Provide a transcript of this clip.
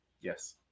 Yes